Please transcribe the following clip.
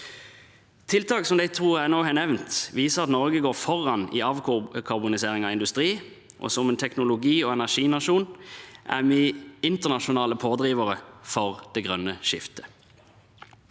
Tiltak som de to jeg nå har nevnt, viser at Norge går foran i avkarbonisering av industri, og som en teknologi- og energinasjon er vi internasjonale pådrivere for det grønne skiftet.